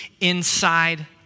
inside